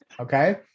Okay